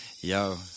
Yo